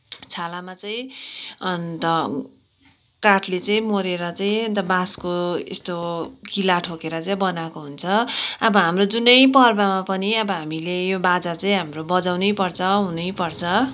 छालामा चाहिँ अन्त काठले चाहिँ मोहोरेर चाहिँ अन्त बाँसको यस्तो किला ठोकेर चाहिँ बनाएको हुन्छ अब हाम्रो जुनै पर्वमा पनि अब हामीले यो बाजा चाहिँ हाम्रो बजाउनै पर्छ हुनै पर्छ